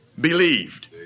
believed